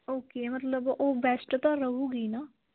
okay ਮਤਲਬ ਉਹ best ਤਾਂ ਰਹੂਗੀ ਨਾ